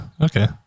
Okay